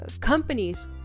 companies